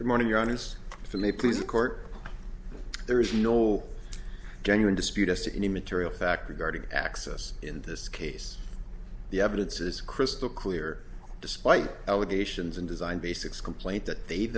good morning you're honest from a place of court there is no genuine dispute as to any material fact regarding access in this case the evidence is crystal clear despite allegations and design basics complaint that they